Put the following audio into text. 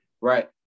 right